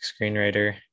screenwriter